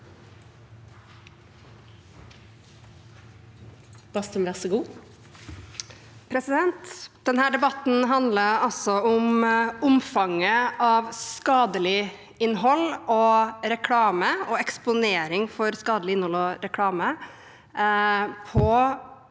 Denne debatten handler om omfanget av skadelig innhold og reklame og